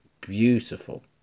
beautiful